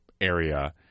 area